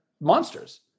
monsters